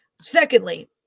Secondly